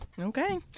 Okay